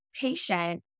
patient